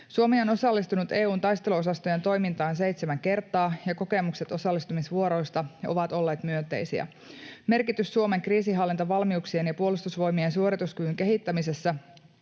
Suomi on osallistunut EU:n taisteluosastojen toimintaan seitsemän kertaa, ja kokemukset osallistumisvuoroista ovat olleet myönteisiä. Merkitys Suomen kriisinhallintavalmiuksien ja Puolustusvoimien suorituskyvyn kehittämisessä